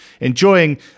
enjoying